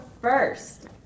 first